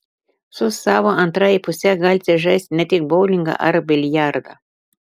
su savo antrąja puse galite žaisti ne tik boulingą ar biliardą